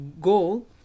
goal